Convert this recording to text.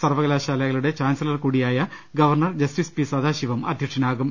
സർവക ലാശാലകളുടെ ചാൻസലർ കൂടിയായ governor justice P Sadasivam അധ്യക്ഷനാകും